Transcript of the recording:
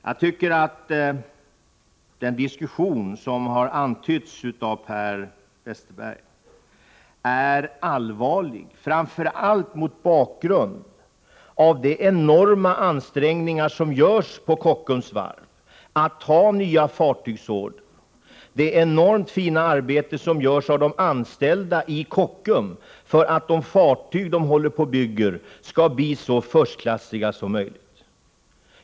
Jag tycker att den diskussion som har antytts av Per Westerberg är allvarlig, framför allt mot bakgrund av de oerhörda ansträngningar som görs på Kockums varv för att ta nya fartygsorder och det enormt fina arbete som görs av de anställda i Kockums för att de fartyg som de håller på att bygga skall bli så förstklassiga som möjligt.